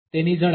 તેની ઝડપ